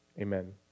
Amen